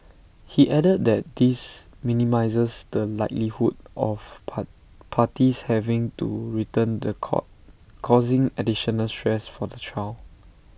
he added that this minimises the likelihood of par parties having to return The Court causing additional stress for the child